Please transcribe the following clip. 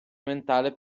mentale